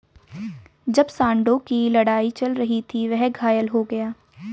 जब सांडों की लड़ाई चल रही थी, वह घायल हो गया